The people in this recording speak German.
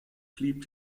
blieb